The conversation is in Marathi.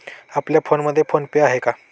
आपल्या फोनमध्ये फोन पे आहे का?